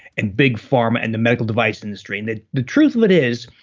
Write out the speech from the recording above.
and big pharma and the medical device industry, and the the truth of it is,